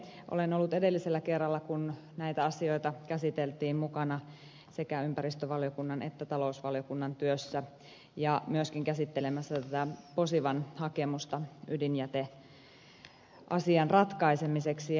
olen ollut edellisellä kerralla kun näitä asioita käsiteltiin mukana sekä ympäristövaliokunnan että talousvaliokunnan työssä ja myöskin käsittelemässä tätä posivan hakemusta ydinjäteasian ratkaisemiseksi